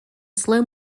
slow